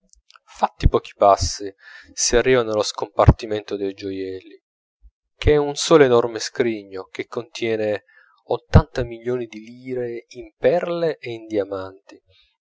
fatti pochi passi si arriva nello scompartimento dei gioielli che è un solo enorme scrigno che contiene ottanta milioni di lire in perle e in diamanti